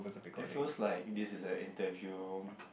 it feels like this is an interview